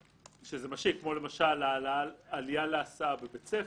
שזה משיק כמו עלייה להסעה בבית ספר,